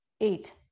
eight